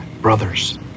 brothers